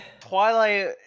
Twilight